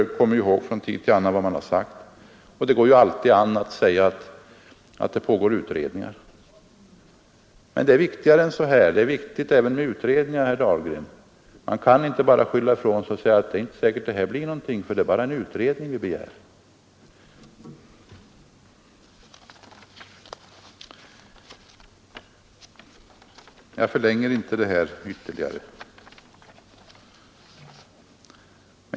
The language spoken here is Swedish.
Ingen kommer ihåg från dag till annan vad man har sagt, och det går dessutom alltid an att säga att det pågår utredningar, tycks man resonera. Men det är viktigt även med utredningar, herr Dahlgren! Man kan inte bara skylla ifrån sig och säga att det inte är säkert att det här blir någonting; det är bara en utredning vi begär. Jag förlänger inte denna del av debatten ytterligare.